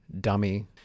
Dummy